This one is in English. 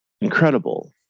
incredible